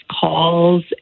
calls